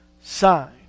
sign